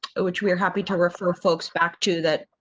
which we are happy to refer folks back to that,